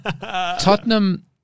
Tottenham